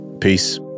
Peace